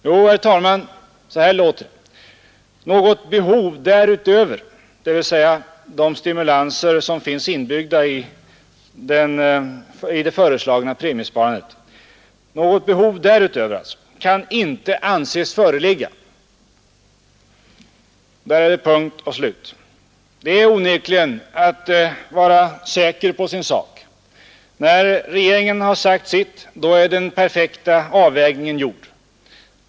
Jo, herr talman, så här låter det: ”Något behov därutöver” — dvs. utöver de stimulanser som finns inbyggda i det föreslagna premiesparandet — ”kan inte anses föreligga.” Punkt och slut. Man är onekligen säker på sin sak. När regeringen har sagt sitt, är den perfekta avvägningen gjord.